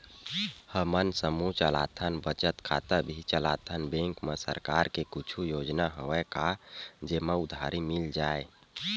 हमन समूह चलाथन बचत खाता भी चलाथन बैंक मा सरकार के कुछ योजना हवय का जेमा उधारी मिल जाय?